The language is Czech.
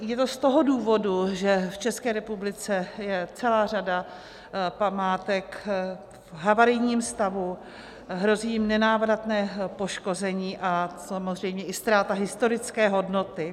Je to z toho důvodu, že v České republice je celá řada památek v havarijním stavu, hrozí jim nenávratné poškození a samozřejmě i ztráta historické hodnoty.